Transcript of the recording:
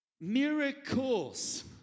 Miracles